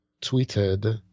tweeted